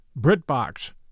BritBox